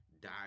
die